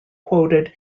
quoted